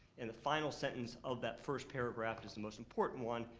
and the final sentence of that first paragraph is the most important one.